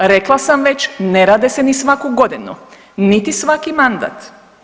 Rekla sam već ne rade se ni svaku godinu, niti svaki mandat.